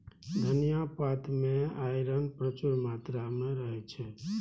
धनियाँ पात मे आइरन प्रचुर मात्रा मे रहय छै